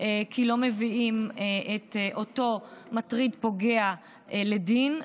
כי לא מביאים את אותו מטריד פוגע לדין,